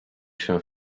się